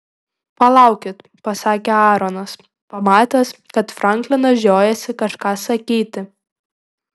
palaukit pasakė aaronas pamatęs kad franklinas žiojasi kažką sakyti